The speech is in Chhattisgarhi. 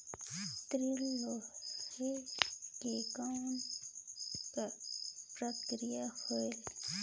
ऋण लहे के कौन का प्रक्रिया होयल?